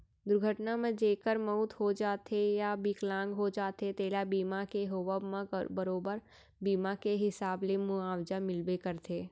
दुरघटना म जेकर मउत हो जाथे या बिकलांग हो जाथें तेला बीमा के होवब म बरोबर बीमा के हिसाब ले मुवाजा मिलबे करथे